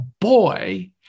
boy